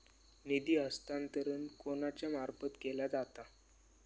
निधी हस्तांतरण कोणाच्या मार्फत केला जाता?